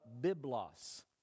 Biblos